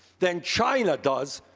than china does,